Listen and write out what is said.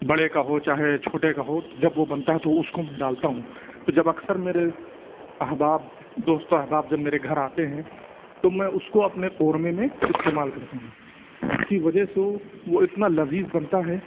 بڑے کا ہو چاہے چھوٹے کا ہو جب وہ بنتا ہے تو اٗس کو میں ڈالتا ہوں تو جب اکثر میرے احباب دوست و احباب جب میرے گھر آتے ہیں تو میں اُس کو اپنے قورمے میں استعمال کرتا ہوں جس کی وجہ سے وہ وہ اتنا لذیذ بنتا ہے